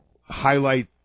highlight